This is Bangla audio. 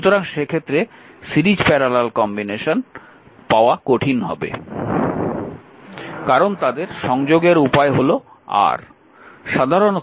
সুতরাং সেক্ষেত্রে সিরিজ প্যারালাল কম্বিনেশন পাওয়া কঠিন হবে কারণ তাদের সংযোগের উপায় হল R